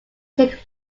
take